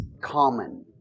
common